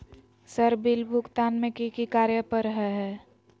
Sir bill भुगतान में की की कार्य पर हहै?